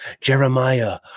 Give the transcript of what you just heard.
Jeremiah